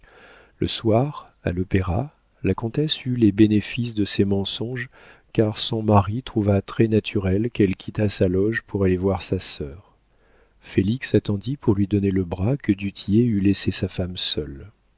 le soir à l'opéra la comtesse eut les bénéfices de ses mensonges car son mari trouva très naturel qu'elle quittât sa loge pour aller voir sa sœur félix attendit pour lui donner le bras que du tillet eût laissé sa femme seule